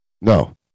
No